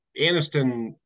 Aniston